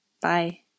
Bye